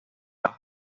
lava